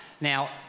Now